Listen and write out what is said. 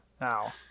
now